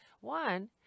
One